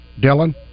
Dylan